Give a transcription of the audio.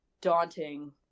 daunting